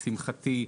לשמחתי,